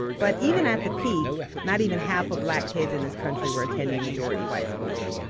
but even at the peak not even half of black kids in this country were attending majority white schools.